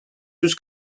yüz